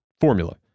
formula